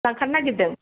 लांफानो नागिरदों